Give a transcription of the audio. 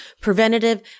preventative